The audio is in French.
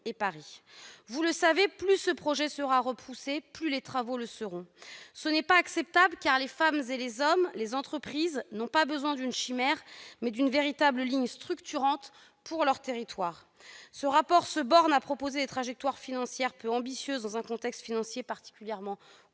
et Paris. Vous le savez, plus ce projet sera repoussé, plus les travaux le seront aussi. Ce n'est pas acceptable, car les femmes, les hommes et les entreprises n'ont pas besoin d'une chimère, mais d'une véritable ligne structurante pour leur territoire. Ce rapport se borne à proposer des trajectoires financières peu ambitieuses dans un contexte budgétaire particulièrement